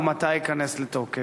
2. מתי ייכנס לתוקף?